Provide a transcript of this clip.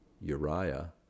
Uriah